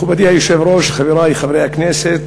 מכובדי היושב-ראש, חברי חברי הכנסת,